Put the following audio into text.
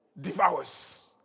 devours